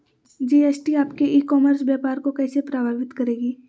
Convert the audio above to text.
GST आपके e commerce व्यापार को कैसे प्रभावित करेगी?